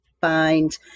find